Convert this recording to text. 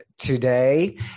Today